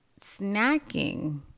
Snacking